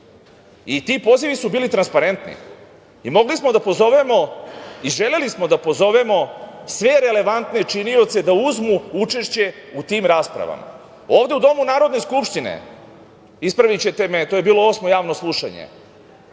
i ti pozivi su bili transparentni. Mogli smo da pozovemo i želeli smo da pozovemo sve relevantne činioce da uzmu učešće u tim raspravama. Ovde u domu Narodne skupštine, ispravićete me, to je bilo osmo javno slušanje,